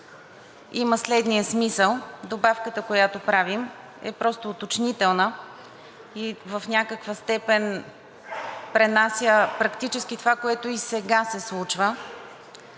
има следния смисъл: добавката, която правим, е просто уточнителна и в някаква степен пренася практически това, което и сега се случва